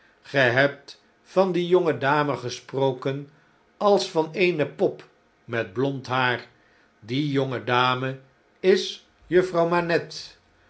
ge hebt van die jonge dame gesproken als van eene pop met blond haar die jonge dame is